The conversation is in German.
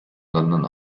london